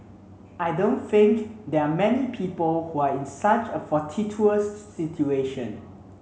I don't think there are many people who are in such a fortuitous situation